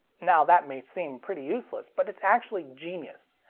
now that may seem pretty useless, but it's actually genius.